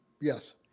yes